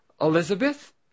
Elizabeth